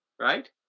right